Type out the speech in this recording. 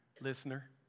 Listener